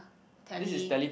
tele